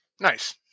Nice